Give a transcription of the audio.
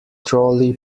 trolley